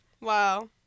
Wow